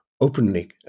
openly